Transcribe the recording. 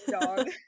dog